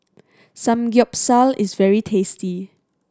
samgyeopsal is very tasty